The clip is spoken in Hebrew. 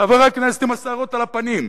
חבר הכנסת עם השערות על הפנים.